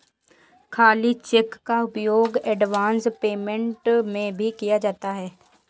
खाली चेक का उपयोग एडवांस पेमेंट में भी किया जाता है